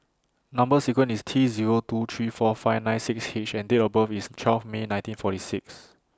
Number sequence IS T Zero two three four five nine six H and Date of birth IS twelve May nineteen forty six